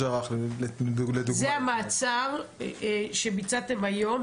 לדוגמה --- זה המעצר שביצעתם היום,